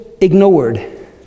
ignored